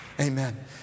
Amen